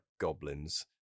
goblins